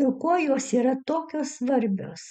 ir kuo jos yra tokios svarbios